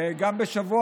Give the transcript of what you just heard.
אתמול